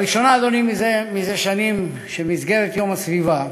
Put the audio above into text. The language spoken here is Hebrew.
לראשונה, אדוני, זה שנים במסגרת יום הסביבה